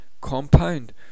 compound